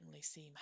seem